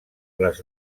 les